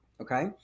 okay